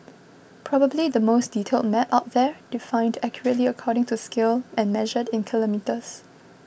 probably the most detailed map out there defined accurately according to scale and measured in kilometres